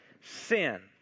Sin